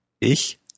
Ich